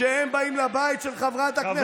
שהם באים לבית של חברת הכנסת גוטליב,